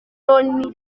loni